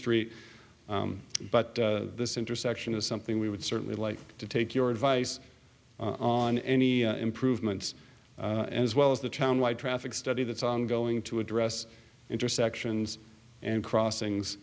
street but this intersection is something we would certainly like to take your advice on any improvements as well as the town wide traffic study that's ongoing to address intersections and crossings